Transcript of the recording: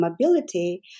mobility